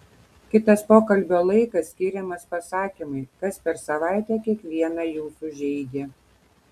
kitas pokalbio laikas skiriamas pasakymui kas per savaitę kiekvieną jūsų žeidė